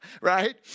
right